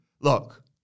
Look